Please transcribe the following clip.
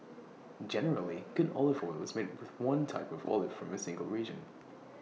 generally good olive oil is made with one type of olive from A single region